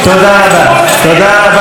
תודה רבה, נא לצאת.